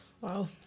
Wow